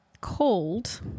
called